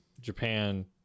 Japan